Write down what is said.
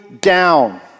down